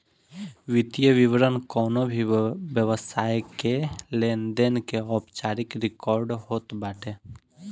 वित्तीय विवरण कवनो भी व्यवसाय के लेनदेन के औपचारिक रिकार्ड होत बाटे